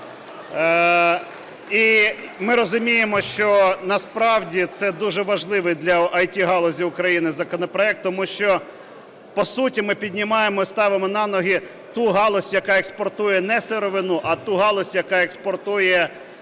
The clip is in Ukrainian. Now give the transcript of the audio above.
І ми розуміємо, що насправді це дуже важливий для ІТ-галузі України законопроект, тому що по суті ми піднімаємо і ставимо на ноги ту галузь, яка експортує не сировину, а ту галузь, яка експортує